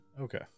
Okay